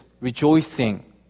rejoicing